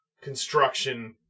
construction